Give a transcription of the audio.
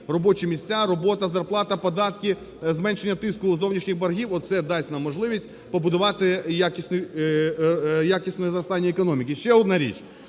Робочі місця, робота, зарплата, податки, зменшення тиску у зовнішніх боргів - оце дасть нам можливість побудувати якісне зростання економіки.